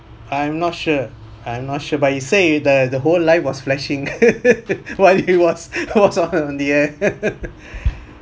I'm not sure I'm not sure but he say the the whole life was flashing while he was in the air